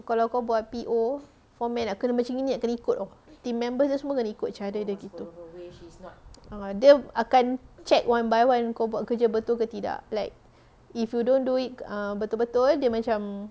kalau aku buat P_O format nak kena macam gini nak kena ikut [tau] team members semua kena ikut cara dia gitu ah dia akan check one by one kau buat kerja betul ke tidak like if you don't do it um betul-betul dia macam